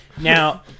Now